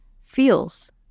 feels